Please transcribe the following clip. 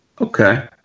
Okay